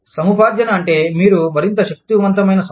సముపార్జన అంటే మీరు మరింత శక్తివంతమైన సంస్థ